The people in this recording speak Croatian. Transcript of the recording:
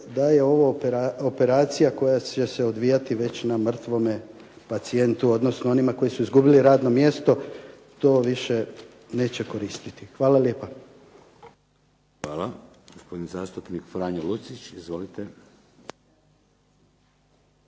da je ovo operacija koja će se odvijati već na mrtvome pacijentu, odnosno onima koji su izgubili radno mjesto to više neće koristiti. Hvala lijepa. **Šeks, Vladimir (HDZ)** Hvala. Gospodin zastupnik Franjo Lucić. Izvolite.